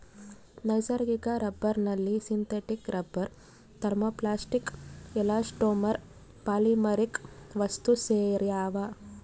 ನೈಸರ್ಗಿಕ ರಬ್ಬರ್ನಲ್ಲಿ synthetic rubber thermoplastic elastomer polymeric ವಸ್ತುಸೇರ್ಯಾವ